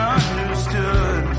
understood